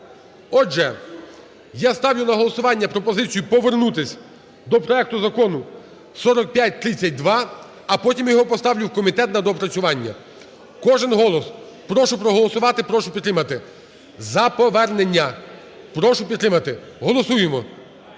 Отже, я ставлю на голосування пропозицію повернутись до проекту Закону 4532, а потім його поставлю в комітет на доопрацювання. Кожен голос, прошу проголосувати, прошу підтримати за повернення. Прошу підтримати, голосуємо,